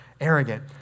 arrogant